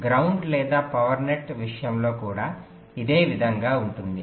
ground లేదా power net విషయంలో కూడా ఇదే విధంగా ఉంటుంది